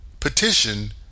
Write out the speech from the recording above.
petition